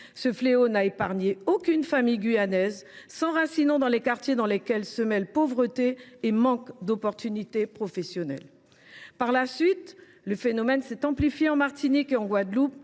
Ce fléau n’a épargné aucune famille guyanaise, s’enracinant dans les quartiers dans lesquels se mêlent pauvreté et manque d’opportunités professionnelles. Par la suite, le phénomène s’est amplifié en Martinique et en Guadeloupe